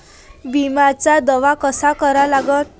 बिम्याचा दावा कसा करा लागते?